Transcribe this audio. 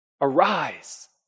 arise